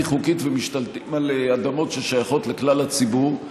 חוקית ומשתלטים על אדמות ששייכות לכלל הציבור.